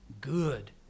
good